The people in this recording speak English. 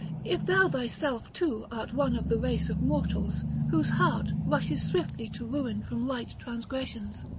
if thou thyself too art one of the race of mortals, whose heart rushes swiftly to ruin from light transgressions.